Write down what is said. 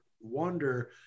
wonder